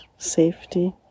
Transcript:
safety